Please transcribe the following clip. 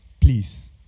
please